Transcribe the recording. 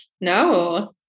No